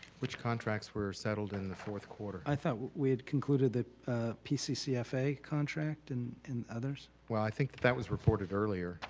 which contracts were settled in the fourth quarter? i thought we had concluded that pccfa contract and others. well i think that that was reported earlier.